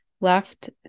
left